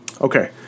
okay